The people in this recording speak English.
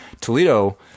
Toledo